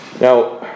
Now